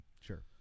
Sure